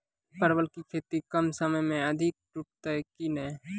परवल की खेती कम समय मे अधिक टूटते की ने?